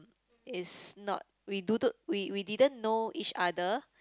is not we d~ we didn't know each other